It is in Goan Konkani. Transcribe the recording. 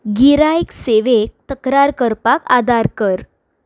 गिरायक सेवेक तक्रार करपाक आदार कर